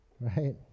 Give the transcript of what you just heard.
right